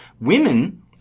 Women